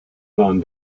waren